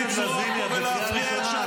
תפסיקי לצרוח פה ולהפריע איך שאת רוצה.